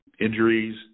injuries